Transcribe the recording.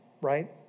Right